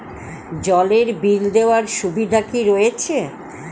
জলের বিল দেওয়ার সুবিধা কি রয়েছে?